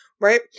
Right